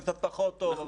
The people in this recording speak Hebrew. חלק קצת פחות טוב,